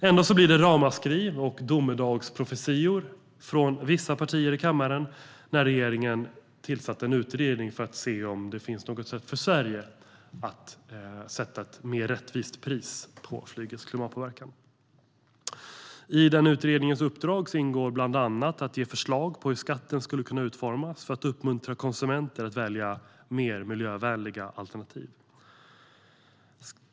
Ändå blir det ramaskri och domedagsprofetior från vissa partier i kammaren när regeringen tillsätter en utredning för att se om det finns något sätt för Sverige att sätta ett mer rättvist pris på flygets klimatpåverkan. I den utredningens uppdrag ingår bland annat att lägga fram förslag på hur skatten skulle kunna utformas för att uppmuntra konsumenter att välja mer miljövänliga alternativ.